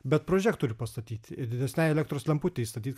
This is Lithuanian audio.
bet prožektorių pastatyti ir didesnei elektros lemputę įstatyt